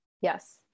yes